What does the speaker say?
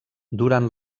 durant